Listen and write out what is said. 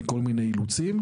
מכל מיני אילוצים,